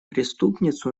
преступницу